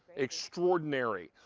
extraordinary.